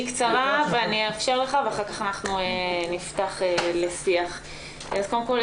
קודם כל,